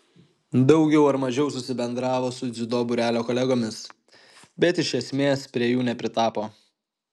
daugiau ar mažiau susibendravo su dziudo būrelio kolegomis bet iš esmės prie jų nepritapo